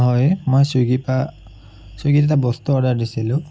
হয় মই ছুইগি পৰা ছুইগিত এটা বস্তু অৰ্ডাৰ দিছিলোঁ